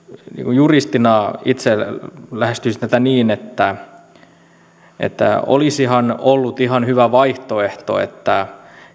juristina itse lähestyisin tätä niin että että olisihan ollut ihan hyvä vaihtoehto että